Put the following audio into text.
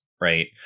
Right